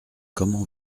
comment